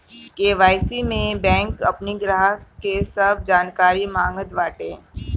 KYC में bank अपनी ग्राहक के सब जानकारी मांगत बाटे